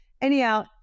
anyhow